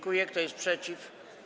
Kto jest przeciw?